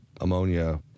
ammonia